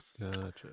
Gotcha